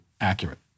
accurate